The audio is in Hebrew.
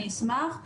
אני אשמח.